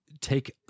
take